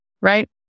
right